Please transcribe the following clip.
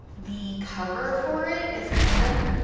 the cover for it is kind of,